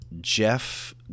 Jeff